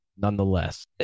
nonetheless